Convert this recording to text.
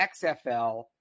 XFL